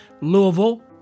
Louisville